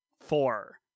four